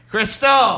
Crystal